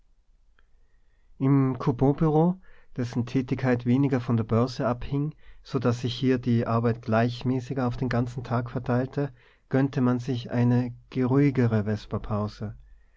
im couponbureau dessen tätigkeit weniger von der börse abhing so daß sich hier die arbeit gleichmäßiger auf den ganzen tag verteilte gönnte man sich eine geruhigere